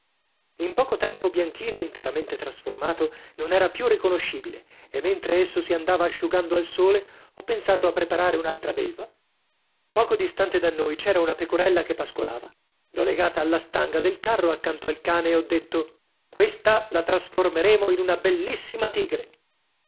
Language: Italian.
era più riconoscibile e mentre esso si andava asciugando al sole ho pensato a preparare un'altra belva poco distante da noi c'era una pecorella che pascolava l'ho legata alla stanga del carro accanto al cane e ho detto questa la trasformeremo in una bellissima tigre